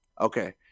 Okay